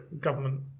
government